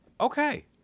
Okay